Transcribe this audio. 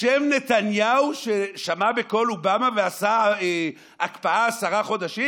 נתניהו אשם ששמע בקול אובמה ועשה הקפאה עשרה חודשים?